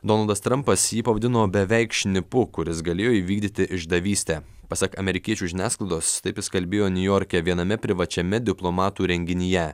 donaldas trampas jį pavadino beveik šnipu kuris galėjo įvykdyti išdavystę pasak amerikiečių žiniasklaidos taip jis kalbėjo niujorke viename privačiame diplomatų renginyje